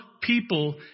people